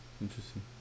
interesting